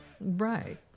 Right